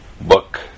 book